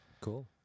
Cool